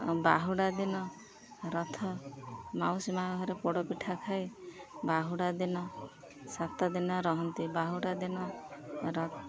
ବାହୁଡ଼ା ଦିନ ରଥ ମାଉସୀ ମାଆ ଘରେ ପୋଡ଼ ପିଠା ଖାଇ ବାହୁଡ଼ା ଦିନ ସାତ ଦିନ ରହନ୍ତି ବାହୁଡ଼ା ଦିନ ରଥ